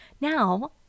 Now